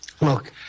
Look